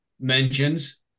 mentions